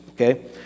Okay